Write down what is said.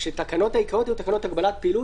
כשהתקנות העיקריות נקראות "הגבלת פעילות",